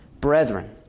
Brethren